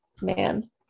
man